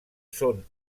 són